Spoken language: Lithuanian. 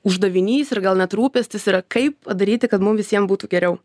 uždavinys ir gal net rūpestis yra kaip padaryti kad mum visiem būtų geriau